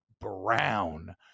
Brown